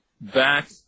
back